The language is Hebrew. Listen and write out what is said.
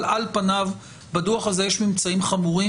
אבל על פניו בדוח הזה יש ממצאים חמורים